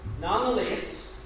Nonetheless